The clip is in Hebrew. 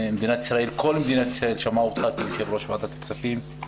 כל מדינת ישראל שמעה אותך כיושב-ראש ועדת הכספים.